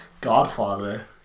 Godfather